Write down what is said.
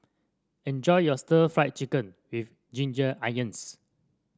enjoy your stir Fry Chicken with Ginger Onions